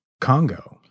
Congo